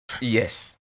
Yes